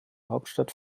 hauptstadt